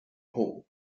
hall